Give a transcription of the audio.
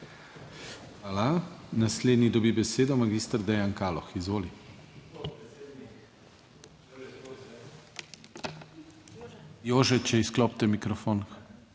Hvala. Naslednji dobi besedo magister Dejan Kaloh, izvoli. Jože, če izklopite mikrofon.